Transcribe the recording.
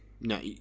No